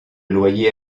loyer